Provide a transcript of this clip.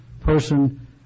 person